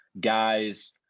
guys